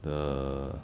the